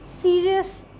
serious